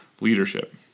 leadership